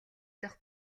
дахь